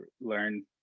learn